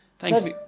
Thanks